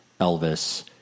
Elvis